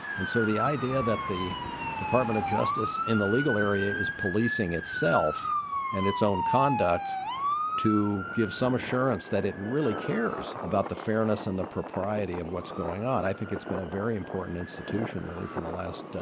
and so the idea that the department of justice in the legal area is policing itself and its own conduct to give some assurance that it really cares about the fairness and the propriety of what's going on. i think it's been a very important institution really for the last.